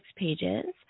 pages